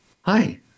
hi